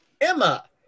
Emma